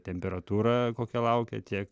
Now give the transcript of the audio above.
temperatūra kokia laukia tiek